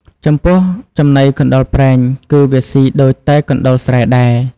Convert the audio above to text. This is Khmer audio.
ចំពោះចំណីកណ្តុរព្រែង គឺវាសុីដូចតែកណ្តុរស្រែដែរ។